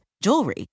jewelry